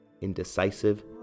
indecisive